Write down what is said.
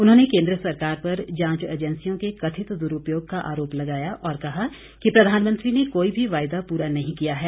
उन्होंने केंद्र सरकार पर जांच एंजेसियों के कथित द्रूपयोग का आरोप लगाया और कहा कि प्रधानमंत्री ने कोई भी वायदा पूरा नहीं किया है